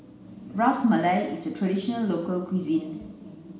Ras Malai is a traditional local cuisine